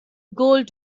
gold